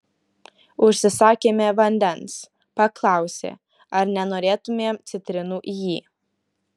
užsisakėme vandens paklausė ar nenorėtumėm citrinų į jį